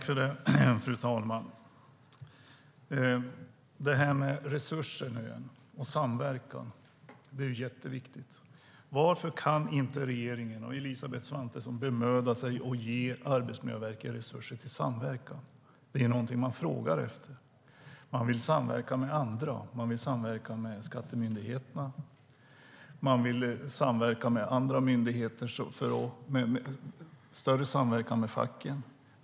Fru talman! Det här med resurser och samverkan är jätteviktigt. Varför kan inte regeringen och Elisabeth Svantesson bemöda sig om att ge Arbetsmiljöverket resurser till samverkan? Det är någonting som man frågar efter. Man vill samverka med andra. Man vill samverka med Skatteverket och andra myndigheter och ha en större samverkan med facken.